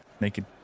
naked